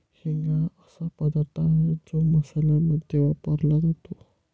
हिंग हा असा पदार्थ आहे जो मसाल्यांमध्ये वापरला जातो